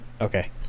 Okay